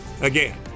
Again